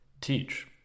teach